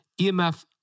EMF